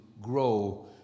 grow